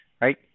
Right